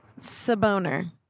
Saboner